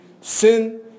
Sin